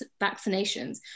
vaccinations